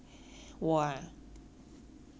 红色黄色蓝色